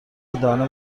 دانا